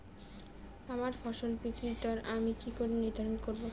আমার ফসল বিক্রির দর আমি কি করে নির্ধারন করব?